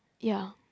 yeah